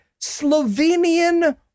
Slovenian